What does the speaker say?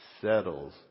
settles